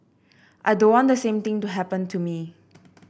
I don't want the same thing to happen to me